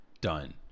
Done